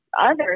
others